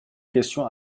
question